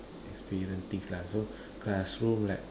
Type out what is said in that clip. experience things lah so classroom like